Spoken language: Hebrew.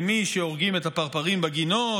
כמי שהורגים את הפרפרים בגינות,